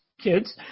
kids